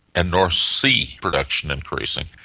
and north sea production increasing.